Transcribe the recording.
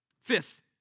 Fifth